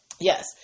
yes